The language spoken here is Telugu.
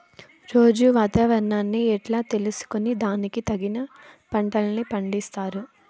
రోజూ వాతావరణాన్ని ఎట్లా తెలుసుకొని దానికి తగిన పంటలని పండిస్తారు?